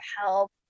help